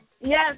Yes